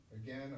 Again